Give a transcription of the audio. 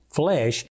flesh